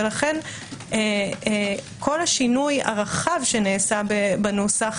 לכן כל שינוי הרחב שנעשה בנוסח